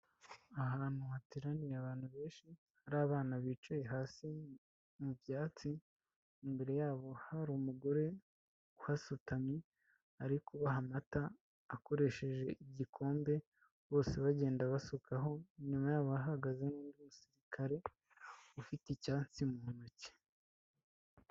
Ahantu hateraniye abantu benshi, hari abana bicaye hasi mu byatsi, imbere yabo hari umugore uhasutamye ari kubaha amata akoresheje igikombe, bose bagenda basukaho, inyuma yabo ahahagaze n'undi musirikare ufite icyansi mu ntoki.